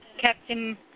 Captain